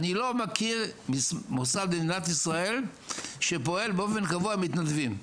אני לא מכיר מוסד במדינת ישראל שפועל באופן קבוע על מתנדבים.